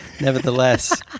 nevertheless